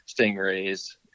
stingrays